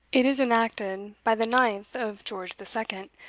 it is enacted by the ninth of george the second,